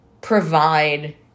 provide